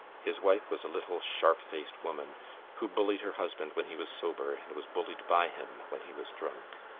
his wife was a little sharp-faced woman who bullied her husband when he was sober and was bullied by him when he was drunk.